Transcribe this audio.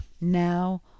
now